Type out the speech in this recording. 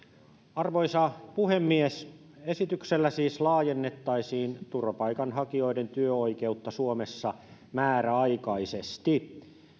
arvoisa puhemies esityksellä siis laajennettaisiin turvapaikanhakijoiden työoikeutta suomessa määräaikaisesti